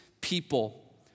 people